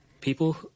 people